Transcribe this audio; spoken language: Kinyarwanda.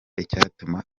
icyatuma